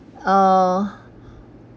uh